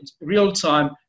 real-time